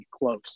close